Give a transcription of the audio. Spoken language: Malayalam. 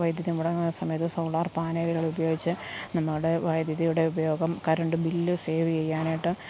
വൈദ്യുതി മുടങ്ങുന്ന സമയത്ത് സോളാർ പാനലുകൾ ഉപയോഗിച്ച് നമ്മുടെ വൈദ്യുതിയുടെ ഉപയോഗം കറണ്ട് ബില്ല് സേവ് ചെയ്യാനായിട്ട്